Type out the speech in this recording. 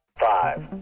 Five